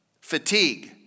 Fatigue